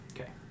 Okay